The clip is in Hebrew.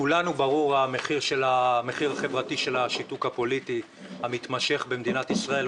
לכולנו ברור המחיר החברתי של השיתוק הפוליטי המתמשך במדינת ישראל,